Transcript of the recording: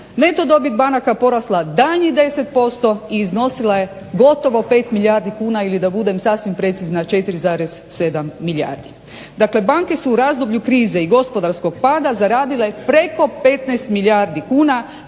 neto dobit banaka porasla daljnjih 10% i iznosila je gotovo 5 milijardi kuna ili da budem sasvim precizna 4,7 milijardi. Dakle banke su u razdoblju krize i gospodarskog pada zaradile preko 15 milijardi kuna